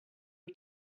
are